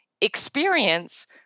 experience